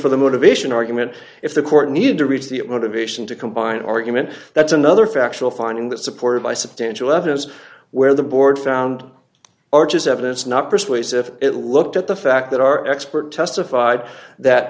for the motivation argument if the court needed to reach the motivation to combine argument that's another factual finding that supported by substantial evidence where the board found arches evidence not persuasive it looked at the fact that our expert testified that